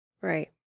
Right